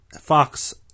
Fox